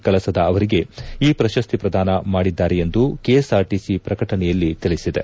ಕಳಸದ ಅವರಿಗೆ ಈ ಪ್ರಶಸ್ತಿ ಪ್ರದಾನ ಮಾಡಿದ್ದಾರೆ ಎಂದು ಕೆಎಸ್ಆರ್ಟಿಸಿ ಪ್ರಕಟಣೆಯಲ್ಲಿ ತಿಳಿಸಿದೆ